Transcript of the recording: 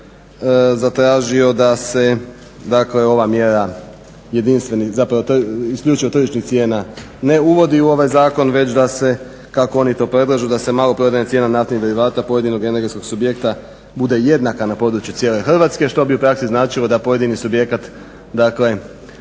ova mjera jedinstvenih zapravo isključivo tržišnih cijena ne uvodi u ovaj zakon već da se kako oni to predlažu, da se maloprodajna cijena naftnih derivata pojedinog energetskog subjekta bude jednaka na području cijele Hrvatske što bi u praksi značilo da pojedini subjekat dakle